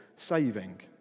saving